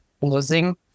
losing